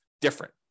different